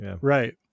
right